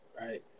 right